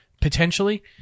potentially